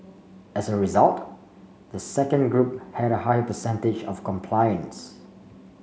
as a result the second group had a higher percentage of compliance